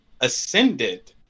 ascended